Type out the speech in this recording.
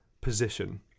position